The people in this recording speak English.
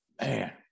Man